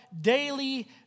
daily